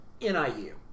NIU